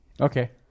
Okay